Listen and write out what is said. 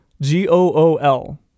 G-O-O-L